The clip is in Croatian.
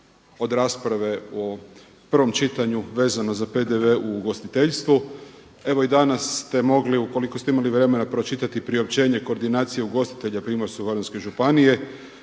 od rasprave u prvom čitanju vezano za PDV u ugostiteljstvu. Evo i danas ste mogli, ukoliko ste imali vremena pročitati priopćenje koordinacije ugostitelja Primorsko-goranske županije